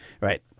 Right